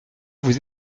vous